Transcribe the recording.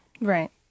Right